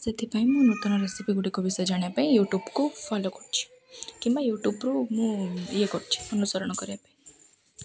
ସେଥିପାଇଁ ମୁଁ ନୂତନ ରେସିପି ଗୁଡ଼ିକ ବିଷୟ ଜାଣିବା ପାଇଁ ୟୁଟ୍ୟୁବ୍କୁ ଫଲୋ କରୁଛି କିମ୍ବା ୟୁଟ୍ୟୁବ୍ରୁ ମୁଁ ଇଏ କରୁଛି ଅନୁସରଣ କରିବା ପାଇଁ